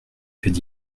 faits